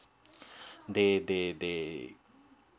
they they they